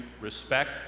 respect